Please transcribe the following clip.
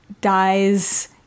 dies